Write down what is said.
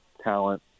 talent